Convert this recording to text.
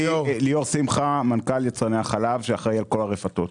אני מנכ"ל יצרני החלב שאחראי על כל הרפתות.